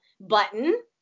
button